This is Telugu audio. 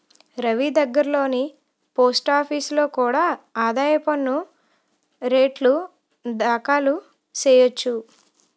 రవీ దగ్గర్లోని పోస్టాఫీసులో కూడా ఆదాయ పన్ను రేటర్న్లు దాఖలు చెయ్యొచ్చు